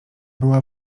była